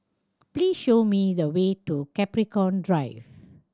please show me the way to Capricorn Drive